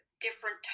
different